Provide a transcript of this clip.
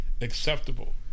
acceptable